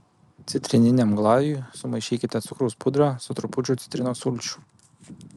citrininiam glajui sumaišykite cukraus pudrą su trupučiu citrinos sulčių